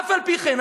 אף-על-פי-כן,